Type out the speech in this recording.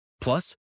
Plus